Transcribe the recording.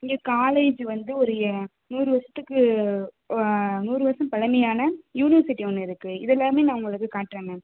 இங்கே காலேஜு வந்து ஒரு யா நூறு வருஷத்துக்கு நூறு வருஷம் பழமையான யூனிவர்சிட்டி ஒன்று இருக்கு இது எல்லாமே நான் உங்களுக்கு காட்டுறேன் மேம்